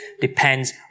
depends